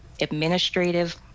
administrative